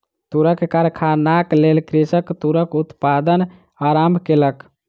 तूरक कारखानाक लेल कृषक तूरक उत्पादन आरम्भ केलक